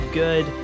good